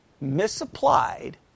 misapplied